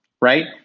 right